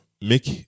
make